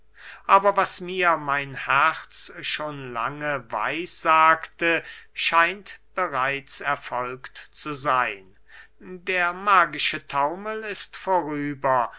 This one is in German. aber was mir mein herz schon lange weissagte scheint bereits erfolgt zu seyn der magische taumel ist vorüber